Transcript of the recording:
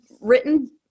written